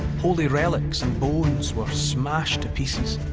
holy relics and bones were smashed to pieces.